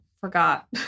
forgot